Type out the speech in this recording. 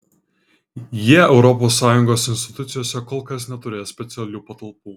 jie europos sąjungos institucijose kol kas neturės specialių patalpų